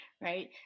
right